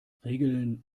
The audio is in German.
regeln